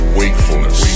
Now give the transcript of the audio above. wakefulness